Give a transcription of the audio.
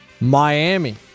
Miami